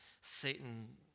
Satan